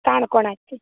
काणकोणाची